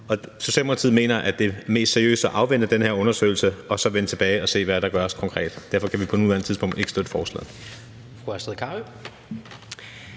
Socialdemokratiet mener, at det er mest seriøst at afvente den her undersøgelse og så vende tilbage og se, hvad der kan gøres konkret. Derfor kan vi på nuværende tidspunkt ikke støtte forslaget.